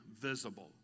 visible